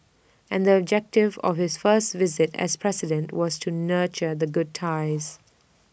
and the objective of his first visit as president was to nurture the good ties